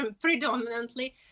predominantly